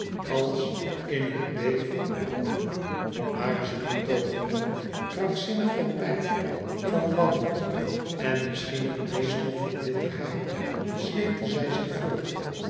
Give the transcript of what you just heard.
als in een beek van bloed maar zieltogende krankzinnig van pijn van wanhoop en misschien het meest nog van bitterheid sleepte zij zich voort